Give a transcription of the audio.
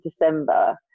December